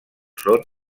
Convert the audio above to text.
són